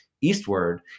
eastward